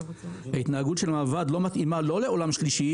ההתנהגות של מרב"ד לא מתאימה לא לעולם שלישי,